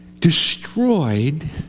destroyed